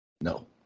No